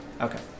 Okay